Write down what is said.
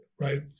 right